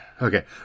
okay